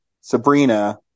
Sabrina